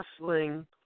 Wrestling